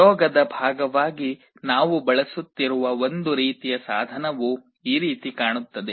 ಪ್ರಯೋಗದ ಭಾಗವಾಗಿ ನಾವು ಬಳಸುತ್ತಿರುವ ಒಂದು ರೀತಿಯ ಸಾಧನವು ಈ ರೀತಿ ಕಾಣುತ್ತದೆ